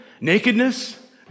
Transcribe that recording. nakedness